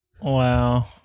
Wow